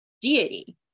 deity